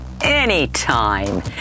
Anytime